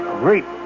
great